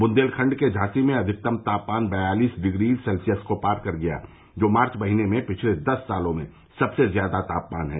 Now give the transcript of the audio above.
बुन्देलखंड के झांसी में अधिकतम तापमान बयालीस डिग्री सेल्सियस को पार कर गया जो कि मार्च महीने में पिछले दस सालों में सबसे ज्यादा तापमान है